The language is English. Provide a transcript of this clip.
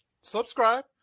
subscribe